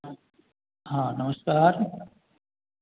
हँ नमस्कार